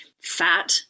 fat